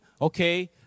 okay